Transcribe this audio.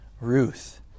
Ruth